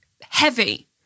heavy